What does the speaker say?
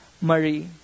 Marie